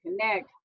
connect